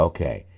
Okay